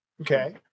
Okay